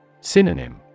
Synonym